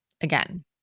again